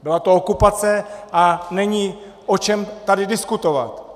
Byla to okupace a není o čem tady diskutovat.